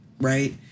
right